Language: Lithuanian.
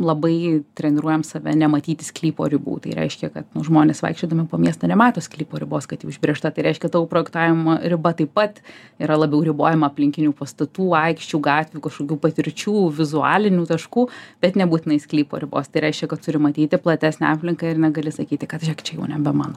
labai treniruojam save nematyti sklypo ribų tai reiškia kad nu žmonės vaikščiodami po miestą nemato sklypo ribos kad ji užbrėžta tai reiškia tavo projektavimo riba taip pat yra labiau ribojama aplinkinių pastatų aikščių gatvių kažkokių patirčių vizualinių taškų bet nebūtinai sklypo ribos tai reiškia kad turi matyti platesnę aplinką ir negali sakyti kad žėk čia jau nebe mano